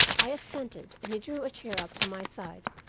i assented, and he drew a chair up to my side,